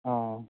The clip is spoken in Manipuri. ꯑꯥꯎ